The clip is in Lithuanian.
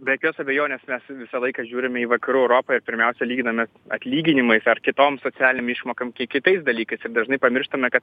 be jokios abejonės mes visą laiką žiūrime į vakarų europą ir pirmiausia lyginame atlyginimais ar kitom socialinėm išmokom kiek kitais dalykais ir dažnai pamirštame kad